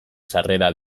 sarrera